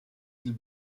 iles